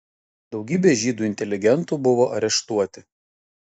daugybė žydų inteligentų buvo areštuoti